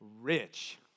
rich